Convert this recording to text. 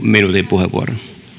puheenvuoron